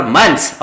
months